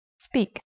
Speak